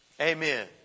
amen